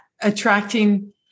attracting